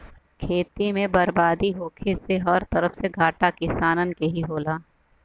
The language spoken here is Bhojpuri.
खेती में बरबादी होखे से हर तरफ से घाटा किसानन के ही होला